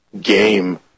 game